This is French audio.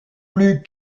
plus